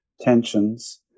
tensions